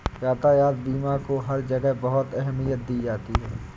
यातायात बीमा को हर जगह बहुत अहमियत दी जाती है